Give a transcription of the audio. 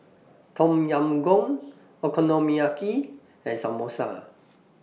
Tom Yam Goong Okonomiyaki and Samosa